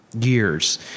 years